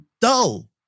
dull